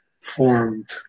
formed